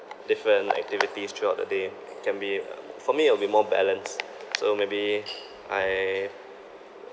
different activities throughout the day it can be for me it'll be more balanced so maybe I